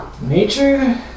nature